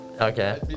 okay